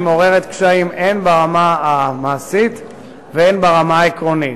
היא מעוררת קשיים הן ברמה המעשית והן ברמה העקרונית.